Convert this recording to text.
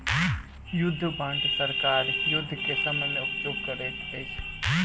युद्ध बांड सरकार युद्ध के समय में उपयोग करैत अछि